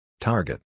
Target